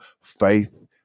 faith